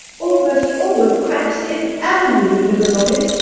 almost all the cranks in avonlea live along it,